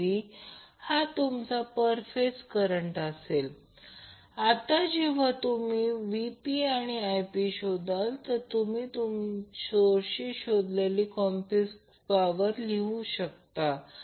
जेव्हा या फॉर्ममध्ये लिहितो म्हणजे P jQ फॉर्म ते व्होल्ट अँपिअर असेल परंतु हे एक वॅट आहे आणि हे एक var आहे कारण जर त्याचे मग्निट्यूड घेतले तर ते व्होल्ट अँपिअर असेल म्हणूनच VA लिहा